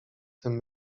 tym